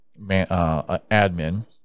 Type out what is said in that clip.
admin